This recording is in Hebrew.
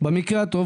במקרה הטוב,